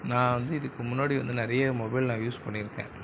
நான் வந்து இதுக்கு முன்னாடி வந்து நிறைய மொபைல் நான் யூஸ் பண்ணியிருக்கேன்